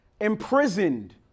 imprisoned